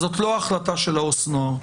זאת לא החלטת העובד הסוציאלי לחוק הנוער.